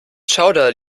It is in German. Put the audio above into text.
schauder